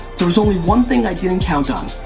there was only one thing i didn't count on,